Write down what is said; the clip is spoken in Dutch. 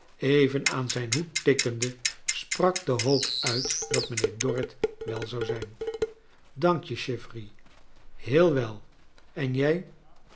even aan zijn hoed tikkende sprak de hoop uit dat mijnheer dorrit wel zou zijn dank je chivery heel wel en jij